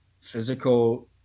physical